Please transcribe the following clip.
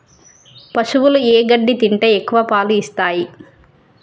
పశువులు ఏ గడ్డి తింటే ఎక్కువ పాలు ఇస్తాయి?